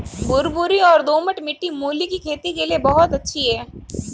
भुरभुरी और दोमट मिट्टी मूली की खेती के लिए बहुत अच्छी है